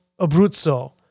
Abruzzo